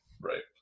right